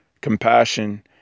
compassion